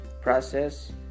process